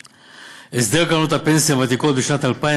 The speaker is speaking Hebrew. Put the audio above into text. הסדר קרנות הפנסיה הוותיקות בשנת 2003